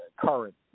current